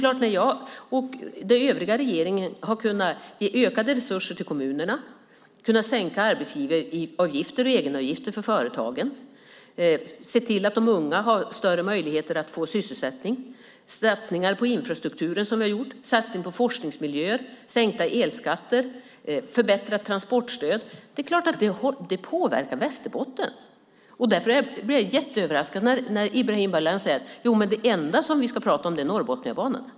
Jag och den övriga regeringen har kunnat ge ökade resurser till kommunerna, kunnat sänka arbetsgivaravgifter och egenavgifter för företagen och kunnat se till att de unga har större möjligheter att få sysselsättning. Vi har gjort satsningar på infrastrukturen. Det handlar om satsning på forskningsmiljöer, sänkta elskatter och förbättrat transportstöd. Det är klart att det påverkar Västerbotten. Därför blir jag jätteöverraskad när Ibrahim Baylan säger: Jo, men det enda som vi ska prata om är Norrbotniabanan.